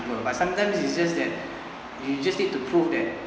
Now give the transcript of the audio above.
~ple but sometimes is just that you just need to prove that